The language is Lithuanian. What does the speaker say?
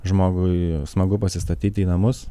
žmogui smagu pasistatyti į namus